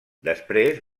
després